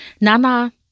Nana